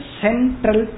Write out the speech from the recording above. central